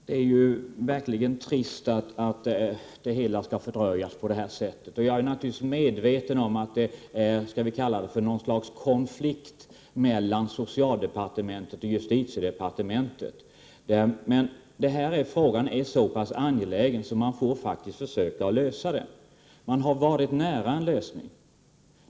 Herr talman! Det är verkligen trist att det hela skall fördröjas på detta sätt. Jag är naturligtvis medveten om att det är någon sorts konflikt mellan socialdepartementet och justitiedepartementet. Men den här frågan är så angelägen att man får lov att försöka lösa den. Man har också varit nära en lösning.